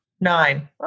Nine